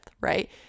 Right